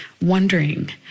wondering